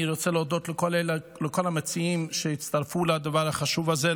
אני רוצה להודות לכל המציעים שהצטרפו לדבר החשוב הזה,